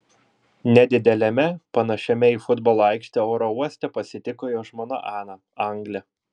nedideliame panašiame į futbolo aikštę oro uoste pasitiko jo žmona ana anglė